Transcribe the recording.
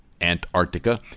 Antarctica